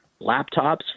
laptops